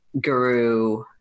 Guru